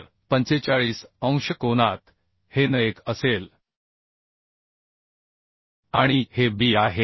तर 45 अंश कोनात हे n1 असेल आणि हे B आहे